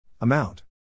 Amount